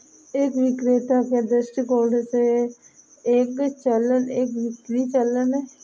एक विक्रेता के दृष्टिकोण से, एक चालान एक बिक्री चालान है